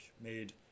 made